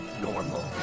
normal